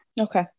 Okay